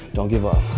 don't give up.